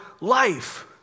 life